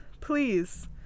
please